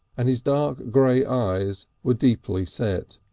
and his dark grey eyes were deeply set.